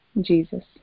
Jesus